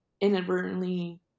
inadvertently